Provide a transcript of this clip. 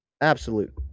absolute